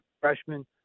freshman